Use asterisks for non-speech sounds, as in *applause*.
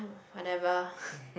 whatever *breath*